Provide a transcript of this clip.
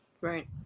Right